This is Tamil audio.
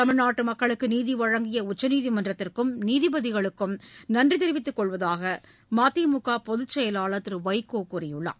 தமிழ்நாட்டு மக்களுக்கு நீதி வழங்கிய உச்சநீதிமன்றத்திற்கும் நீதிபதிகளுக்கும் நன்றி தெரிவித்துக்கொள்வதாக மதிமுக பொதுச் செயலாளர் திரு வைகோ கூறியுள்ளார்